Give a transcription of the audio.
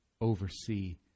oversee